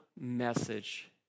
message